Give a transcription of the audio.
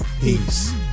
Peace